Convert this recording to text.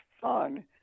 fun